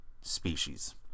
species